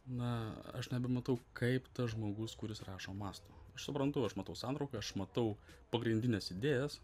na aš nebematau kaip tas žmogus kuris rašo mąsto aš suprantu aš matau santrauką aš matau pagrindines idėjas